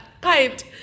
piped